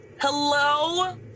Hello